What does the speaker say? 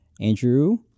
Andrew